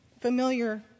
Familiar